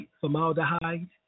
formaldehyde